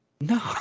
No